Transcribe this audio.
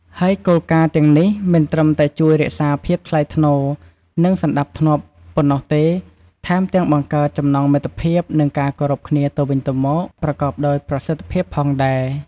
ហើយគោលការណ៍ទាំងនេះមិនត្រឹមតែជួយរក្សាភាពថ្លៃថ្នូរ និងសណ្តាប់ធ្នាប់ប៉ុណ្ណោះទេ ថែមទាំងបង្កើតចំណងមិត្តភាព និងការគោរពគ្នាទៅវិញទៅមកប្រកបដោយប្រសិទ្ធភាពផងដែរ។